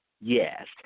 yes